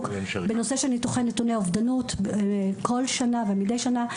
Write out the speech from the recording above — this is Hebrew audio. בנושא ניתוחי נתוני אובדנות כל שנה ומדי שנה.